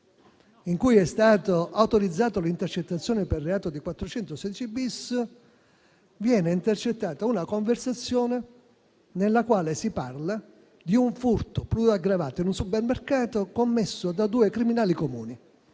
in cui è stata autorizzata l'intercettazione per reati, ai sensi dell'articolo 416-*bis*, viene intercettata una conversazione nella quale si parla di un furto pluriaggravato in un supermercato commesso da due criminali comuni.